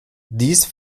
dies